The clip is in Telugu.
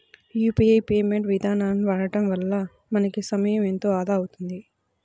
యూపీఐ పేమెంట్ ఇదానాలను వాడడం వల్ల మనకి సమయం ఎంతో ఆదా అవుతుంది